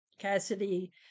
Cassidy